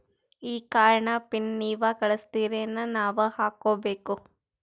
ಈ ಕಾರ್ಡ್ ನ ಪಿನ್ ನೀವ ಕಳಸ್ತಿರೇನ ನಾವಾ ಹಾಕ್ಕೊ ಬೇಕು?